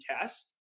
test